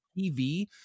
TV